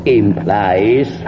implies